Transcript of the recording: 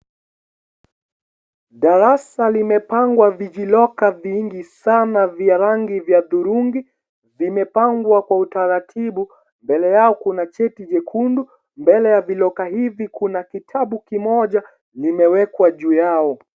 Darasa limepangwa vijiloka vingi sana vya rangi ya hudhurungi, vimepangwa kwa utaratibu, mbele yao kuna cheti jekundu, mbele ya viloka hivi, kuna kitabu kimoja vimewekwa juu yao.